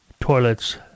Toilets